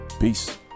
Peace